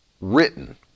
written